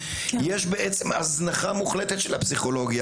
יש בעצם הזנחה מוחלטת של הפסיכולוגיה